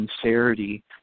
sincerity